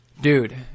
dude